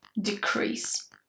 decrease